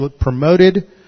promoted